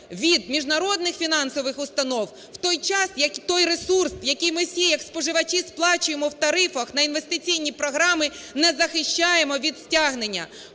від міжнародних фінансових установ в той час, як той ресурс, який ми всі як споживачі сплачуємо в тарифах на інвестиційні програми, не захищаємо від стягнення,